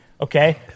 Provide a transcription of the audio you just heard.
Okay